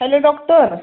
hello doctor